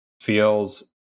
feels